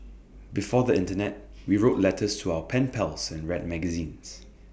before the Internet we wrote letters to our pen pals and read magazines